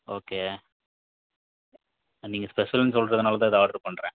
okay நீங்கள் ஸ்பெஷல்ன்னு சொல்றதனால் தான் இதை ஆர்ட்ரு பண்ணுறேன்